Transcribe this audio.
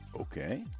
okay